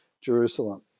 Jerusalem